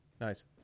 nice